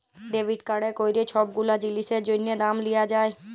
debit কাড়ে ক্যইরে ছব গুলা জিলিসের জ্যনহে দাম দিয়া যায়